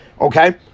Okay